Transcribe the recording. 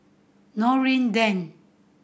Noordin Lane